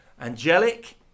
angelic